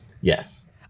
Yes